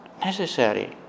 necessary